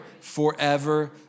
forever